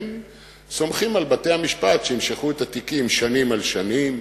הם סומכים על בתי-המשפט שימשכו את התיקים שנים על שנים.